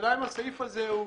השאלה אם הסעיף הזה הוא